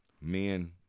Men